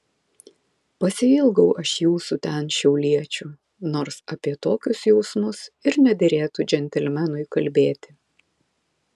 pasiilgau aš jūsų ten šiauliečių nors apie tokius jausmus ir nederėtų džentelmenui kalbėti